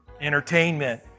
Entertainment